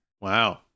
Wow